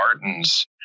Martin's